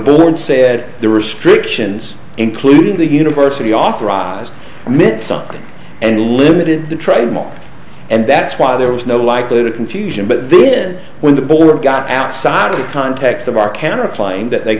and said the restrictions including the university authorized mid something and limited the trial and that's why there was no likelihood of confusion but then when the board got outside of the context of our